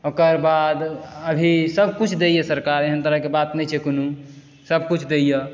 ओकर बाद अभी सब कुछ दैए सरकार एहन तरहके बात नै छै कोनु सब कुछ दैए